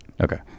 okay